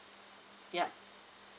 yup